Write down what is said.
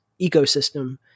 ecosystem